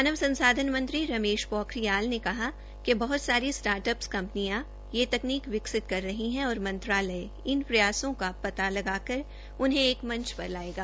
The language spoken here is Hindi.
मानव संसाधन मंत्री रमेश पोखरियाल ने कहा कि बहत सारी स्टार्ट अप कंपनियां यह तकनीक विकसित कर रही है और मंत्रालय इन प्रयासों का पता लगाकर उन्हें एक मंच पर लायेगा